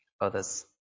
others